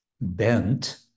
bent